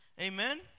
amen